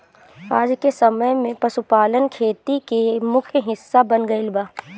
आजके समय में पशुपालन खेती के मुख्य हिस्सा बन गईल बा